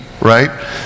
right